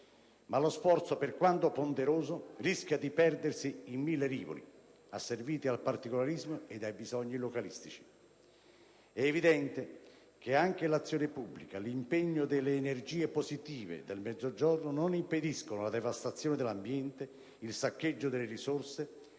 lo sforzo, per quanto ponderoso, rischia di perdersi in mille rivoli, asserviti al particolarismo ed ai bisogni localistici. È evidente che anche l'azione pubblica, l'impegno delle energie positive del Mezzogiorno non impediscono la devastazione dell'ambiente, il saccheggio delle risorse,